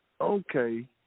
Okay